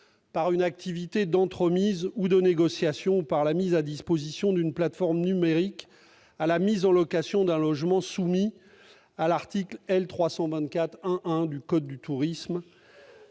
par une activité d'entremise ou de négociation ou par la mise à disposition d'une plateforme numérique, à la mise en location d'un logement soumis à l'article L. 324-1-1 du code du tourisme